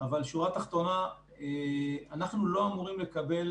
אבל השורה התחתונה אנחנו לא אמורים לקבל